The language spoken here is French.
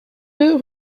deux